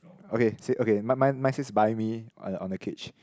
okay so okay mine mine mine says buy me on a on the cage